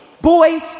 Boys